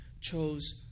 chose